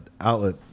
outlet